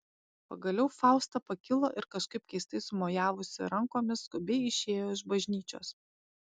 pagaliau fausta pakilo ir kažkaip keistai sumojavusi rankomis skubiai išėjo iš bažnyčios